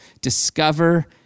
discover